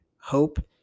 hope